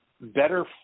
better